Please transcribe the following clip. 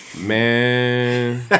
man